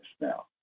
now